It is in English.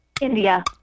India